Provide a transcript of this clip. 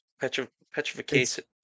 petrification